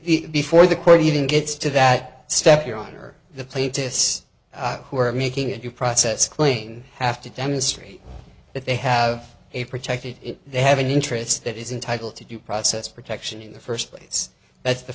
the before the court even gets to that step your honor the plaintiffs who are making a due process clane have to demonstrate that they have a protected they have an interest that is entitled to due process protection in the first place that's the